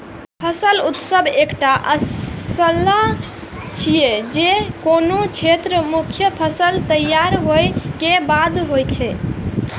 फसल उत्सव एकटा जलसा छियै, जे कोनो क्षेत्रक मुख्य फसल तैयार होय के बाद होइ छै